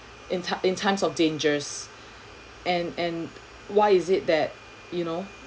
in time in times of dangers and and why is it that you know